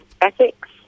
ethics